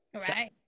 right